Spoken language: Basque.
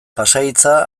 pasahitza